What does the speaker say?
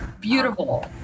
Beautiful